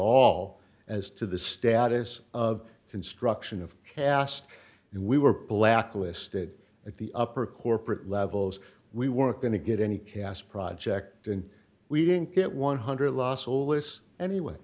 all as to the status of construction of cast and we were blacklisted at the upper corporate levels we weren't going to get any cas project and we didn't get one hundred loss all this anyway